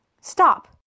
Stop